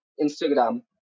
Instagram